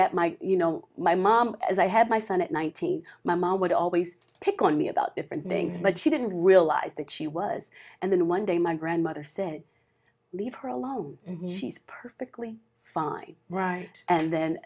that my you know my mom is i had my son at nineteen my mom would always pick on me about different things but she didn't realize that she was and then one day my grandmother said leave her alone and she's perfectly fine right and then